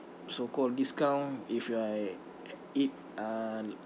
so called discount if you are eat uh